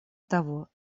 того